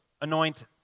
anoint